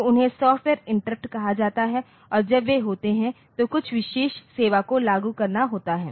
तो उन्हें software interrupt कहा जाता है और जब वे होते हैं तो कुछ विशेष सेवा को लागू करना होता है